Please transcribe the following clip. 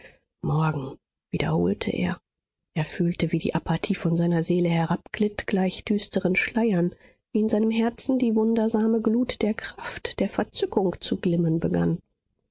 morgen wiederholte er er fühlte wie die apathie von seiner seele herabglitt gleich düsteren schleiern wie in seinem herzen die wundersame glut der kraft der verzückung zu glimmen begann